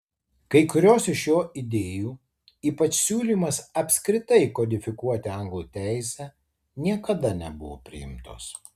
kai kurios iš jo idėjų ypač siūlymas apskritai kodifikuoti anglų teisę niekada nebuvo priimtos